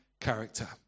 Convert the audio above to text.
character